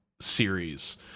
series